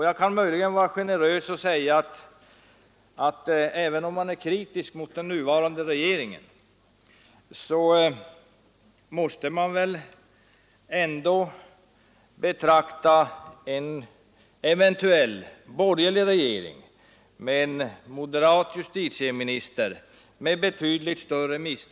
Jag kan möjligen vara generös och säga att även om man är kritisk mot den nuvarande regeringen så måste man ändå med betydligt större misstro betrakta en eventuell borgerlig regering med en moderat justitieminister.